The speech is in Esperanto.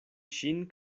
ŝin